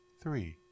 three